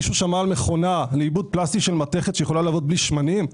מישהו שמע על מכונה לעיבוד פלסטי של מתכת שיכולה לעבוד בלי שמנים?